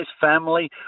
family